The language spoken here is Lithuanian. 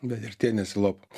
bet ir tie nesilopo